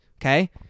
okay